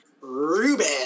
Ruben